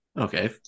Okay